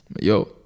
yo